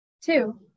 Two